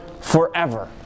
forever